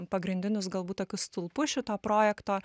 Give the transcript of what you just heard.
pagrindinius galbūt tokius stulpus šito projekto